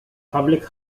public